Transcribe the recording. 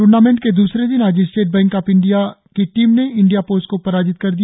tournament के दूसरे दिन आज स्टेट बैंक ऑफ इंडिया के टीम ने इंडिया पोस्ट को पराजित कर दिया